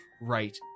right